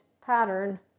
pattern